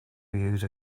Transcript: use